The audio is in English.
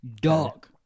Dog